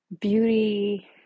beauty